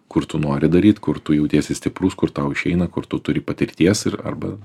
kur tu nori daryt kur tu jautiesi stiprus kur tau išeina kur tu turi patirties ir arba